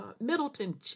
middleton